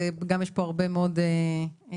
יש פה הרבה מאוד נציגים,